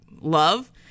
love